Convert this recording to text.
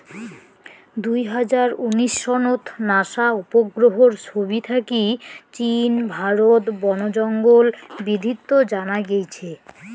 দুই হাজার উনিশ সনত নাসা উপগ্রহর ছবি থাকি চীন, ভারত বনজঙ্গল বিদ্ধিত জানা গেইছে